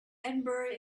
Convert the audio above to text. edinburgh